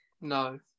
No